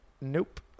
nope